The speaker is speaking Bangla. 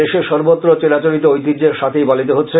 দেশের সর্বত্র চিরাচরিত ঐতিহ্যের সাথেই পালিত হচ্ছে